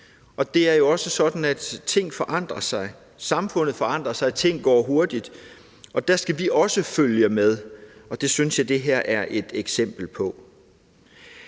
Det er jo også sådan, at ting forandrer sig, samfundet forandrer sig og tingene går hurtigt. Vi skal også følge med, og det synes jeg det her er et eksempel på.